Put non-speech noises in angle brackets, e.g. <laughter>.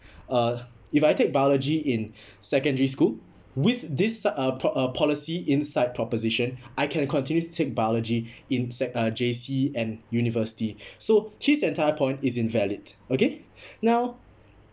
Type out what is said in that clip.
<breath> uh if I take biology in <breath> secondary school with this uh po~ uh policy in side proposition I can continue take biology in sec uh J_C and university <breath> so his entire point is invalid okay <breath> now